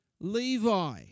Levi